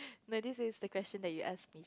like this is the question that you ask me